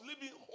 living